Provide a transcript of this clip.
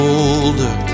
older